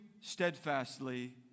steadfastly